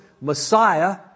Messiah